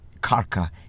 Karka